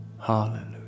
Hallelujah